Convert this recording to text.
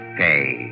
pay